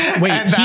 Wait